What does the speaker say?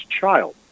child